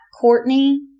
Courtney